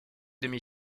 demi